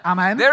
Amen